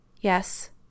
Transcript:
Yes